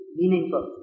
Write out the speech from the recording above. meaningful